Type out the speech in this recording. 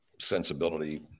sensibility